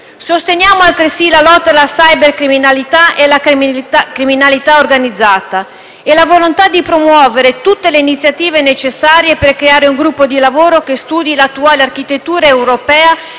Sosteniamo, altresì, la lotta alla cibercriminalità e alla criminalità organizzata e la volontà di promuovere tutte le iniziative necessarie per creare un gruppo di lavoro che studi l'attuale architettura europea